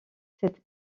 cette